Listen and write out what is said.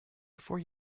before